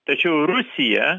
tačiau rusija